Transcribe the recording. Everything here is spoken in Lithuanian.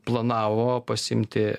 planavo pasiimti